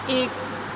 एक